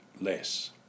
less